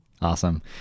Awesome